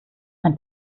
ein